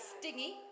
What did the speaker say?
Stingy